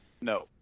No